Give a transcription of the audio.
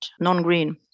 non-green